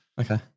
Okay